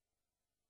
בוא נראה אותו בימות